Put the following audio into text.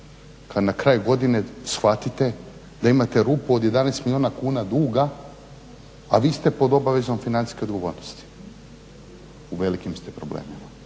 kada na kraju godine shvatite da imate rupu od 11 milijuna kuna duga, a vi ste pod obavezom financijske odgovornosti, u velikim ste problemima.